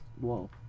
Whoa